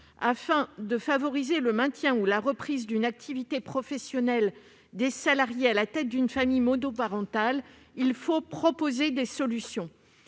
Afin de favoriser le maintien ou la reprise d'une activité professionnelle des salariés à la tête d'une famille monoparentale, il faut proposer des solutions.